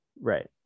Right